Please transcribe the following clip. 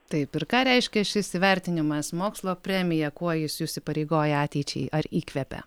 taip ir ką reiškia šis įvertinimas mokslo premija kuo jis jus įpareigoja ateičiai ar įkvepia